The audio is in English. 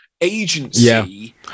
agency